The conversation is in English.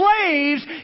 slaves